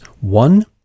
One